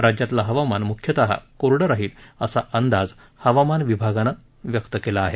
राज्यातलं हवामान म्ख्यतः कोरडं राहील असा अंदाज हवामान विभागानं व्यक्त केला आहे